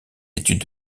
études